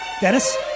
Dennis